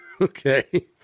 Okay